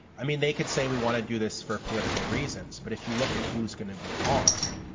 i mean, they could say we want to do this for political reasons, but if you look at who's going to be harmed,